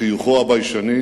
חיוכו הביישני